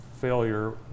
failure